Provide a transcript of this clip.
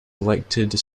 elected